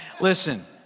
Listen